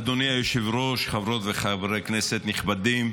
אדוני היושב-ראש, חברות וחברי כנסת נכבדים,